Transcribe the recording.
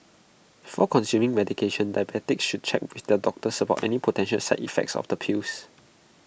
before consuming medication diabetics should check with their doctors about any potential side effects of the pills